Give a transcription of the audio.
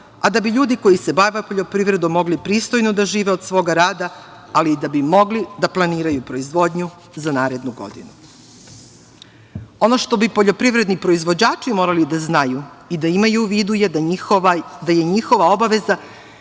a da bi ljudi koji se bave poljoprivredom mogli pristojno da žive od svoga rada, ali i da bi mogli da planiraju proizvodnju za narednu godinu. Ono što bi poljoprivredni proizvođači morali da znaju i da imaju u vidu je njihova obaveza